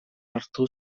hartu